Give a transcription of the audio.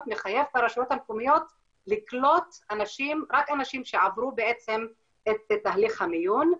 מחייב את הרשויות המקומיות לקלוט רק אנשים שעברו את תהליך המיון.